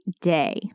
day